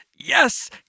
Yes